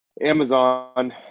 Amazon